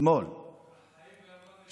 אתמול החיים והמוות ביד הלשון.